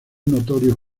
notorio